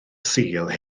sul